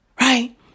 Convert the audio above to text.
right